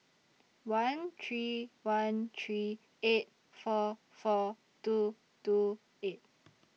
one three one three eight four four two two eight